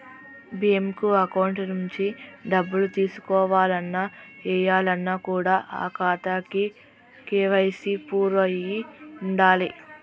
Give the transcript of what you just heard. bank account నుంచి డబ్బులు తీసుకోవాలన్న, ఏయాలన్న కూడా ఆ ఖాతాకి కేవైసీ పూర్తయ్యి ఉండాలే